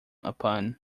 upon